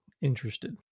interested